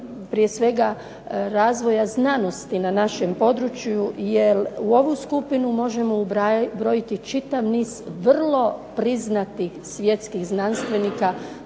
prije svega razvoja znanosti na našem području, jer u ovu skupinu možemo ubrojiti čitav niz vrlo priznatih svjetskih znanstvenika,